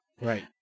Right